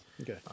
Okay